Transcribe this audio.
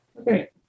Okay